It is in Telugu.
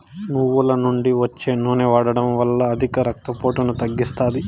నువ్వుల నుండి వచ్చే నూనె వాడడం వల్ల అధిక రక్త పోటును తగ్గిస్తాది